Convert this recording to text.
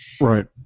Right